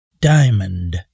diamond